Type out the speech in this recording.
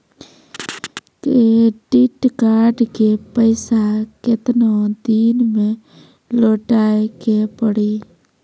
Credit card के पैसा केतना दिन मे लौटाए के पड़ी?